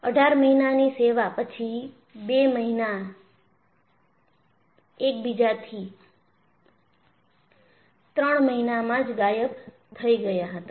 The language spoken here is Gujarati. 18 મહિનાની સેવા પછી બે વિમાન એકબીજાથી ત્રણ મહિનામાં જ ગાયબ થઈ ગયા હતા